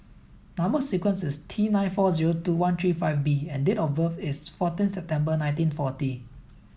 number sequence is T nine four zero two one three five B and date of birth is fourteen September nineteen forty